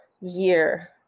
year